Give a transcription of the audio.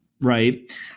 right